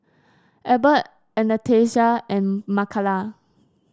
Ebert Anastacia and Makala